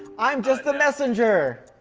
i'm just the messenger!